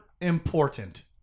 important